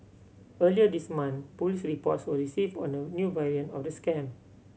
earlier this month police reports were received on a new variant of the scam